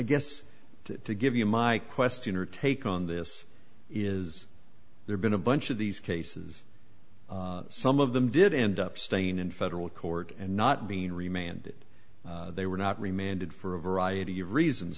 guess to give you my question or take on this is there been a bunch of these cases some of them did end up staying in federal court and not being remained did they were not remained and for a variety of reasons